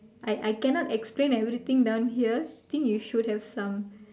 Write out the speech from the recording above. I I cannot explain everything down here I think you should have some